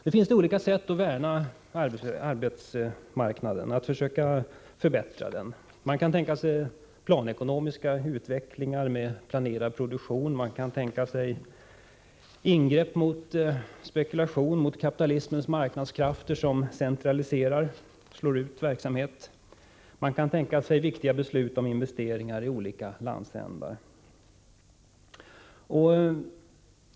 Det finns olika sätt att värna om jobben och försöka förbättra arbetsmarknaden. Man kan tänka sig olika typer av planekonomisk utveckling med planerad produktion, man kan tänka sig ingrepp mot spekulation och mot kapitalismens marknadskrafter, som centraliserar och slår ut verksamhet. Man kan tänka sig viktiga beslut om investeringar i olika landsändar.